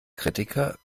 kritiker